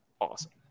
awesome